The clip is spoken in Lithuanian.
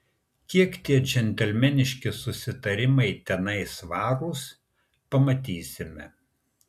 kiek tie džentelmeniški susitarimai tenai svarūs pamatysime